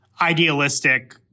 idealistic